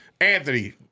Anthony